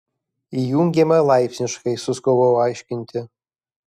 įjungiama laipsniškai suskubau aiškinti